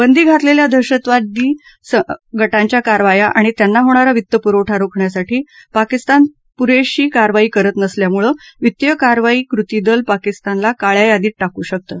बंदी घातलेल्या दहशतवादी गटांच्या कारवाया आणि त्यांना होणारा वित्तपुरवठा रोखण्यासाठी पाकिस्तान पुरेश कारवाई करत नसल्यामुळे वित्तीय कारवाई कृती दल पाकिस्तानला काळ्या यादीत टाकू शकतं